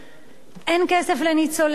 אין כסף לניצולי שואה,